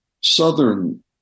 southern